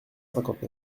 cinquante